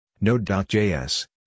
Node.js